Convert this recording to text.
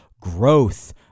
growth